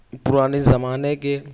پرانے زمانے کے